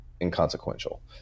inconsequential